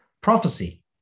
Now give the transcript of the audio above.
Prophecy